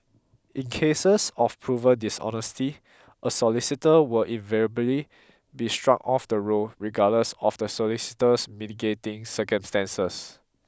in cases of proven dishonesty a solicitor will invariably be struck off the roll regardless of the solicitor's mitigating circumstances